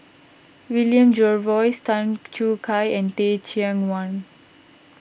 William Jervois Tan Choo Kai and Teh Cheang Wan